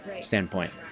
standpoint